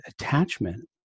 attachment